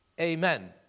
amen